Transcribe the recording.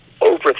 over